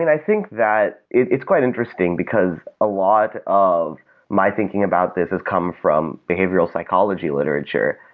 and i think that it's quite interesting, because a lot of my thinking about this has come from behavioral psychology literature.